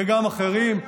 וגם אחרים,